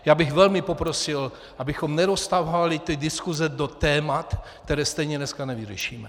Já bych velmi poprosil, abychom neroztahovali ty diskuse do témat, která stejně dnes nevyřešíme.